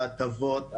ההטבות,